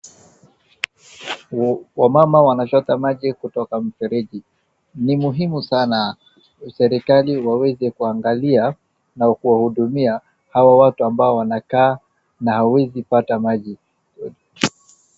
Wamama wanachota maji kutoka mfereji. Ni muhimu sana serekali waweze kuangalia na kuwahudumia hawa watu ambao wanakaa na hawezi pata maji.